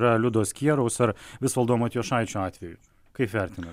yra liudo skieraus ar visvaldo matijošaičio atveju kaip vertinat